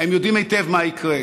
הם יודעים היטב מה יקרה.